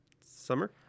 Summer